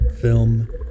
film